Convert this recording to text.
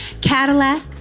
cadillac